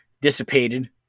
dissipated